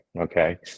Okay